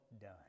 done